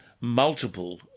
multiple